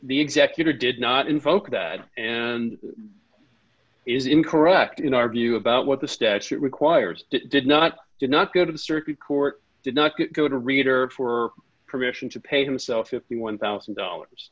the executor did not invoke that and is incorrect in our view about what the statute requires did not did not go to the circuit court did not go to reader for permission to pay himself fifty one thousand dollars